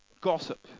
gossip